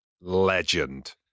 legend